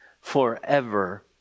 forever